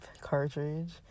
cartridge